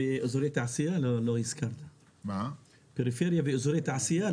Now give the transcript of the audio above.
לא הזכרת פריפריה ואזורי תעשייה.